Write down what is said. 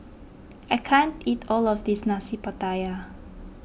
I can't eat all of this Nasi Pattaya